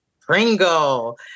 Pringle